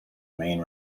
main